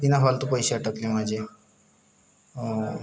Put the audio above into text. बिनाफालतू पैसे अडकले माझे हो